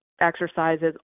exercises